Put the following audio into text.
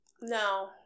No